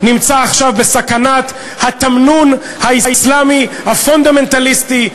נמצא עכשיו בסכנת התמנון האסלאמי הפונדמנטליסטי,